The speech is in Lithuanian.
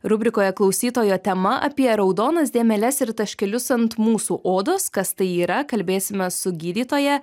rubrikoje klausytojo tema apie raudonas dėmeles ir taškelius ant mūsų odos kas tai yra kalbėsime su gydytoja